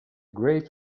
great